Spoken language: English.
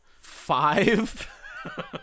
five